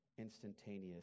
instantaneous